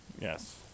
Yes